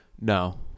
No